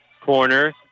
Corner